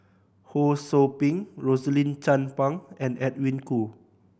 Ho Sou Ping Rosaline Chan Pang and Edwin Koo